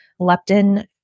leptin